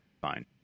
fine